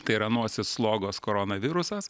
tai yra nosys slogos korona virusas